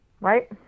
Right